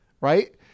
Right